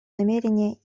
намерение